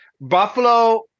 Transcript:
Buffalo